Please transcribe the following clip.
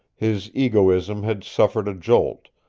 his egoism had suffered a jolt,